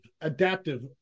adaptive